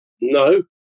No